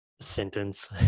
sentence